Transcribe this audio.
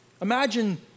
Imagine